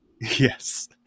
Yes